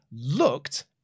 looked